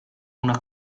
una